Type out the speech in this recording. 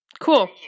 cool